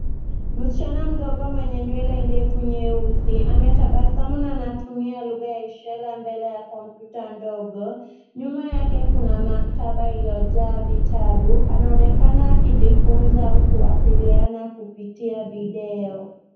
Msichana mdogo mwenye nywele ndefu nyeusi ametabasamu na anatumia lugha ya ishara mbele ya kompyuta ndogo. Nyuma yake kuna maktaba iliyojaa vitabu . Anaonekana akijifunza au kuwasiliana kupitia video.